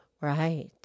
Right